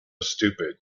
stupid